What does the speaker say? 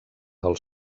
del